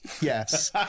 Yes